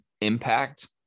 impact